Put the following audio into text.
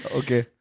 okay